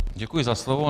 Děkuji za slovo.